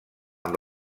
amb